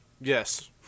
Yes